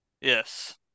Yes